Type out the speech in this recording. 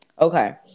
Okay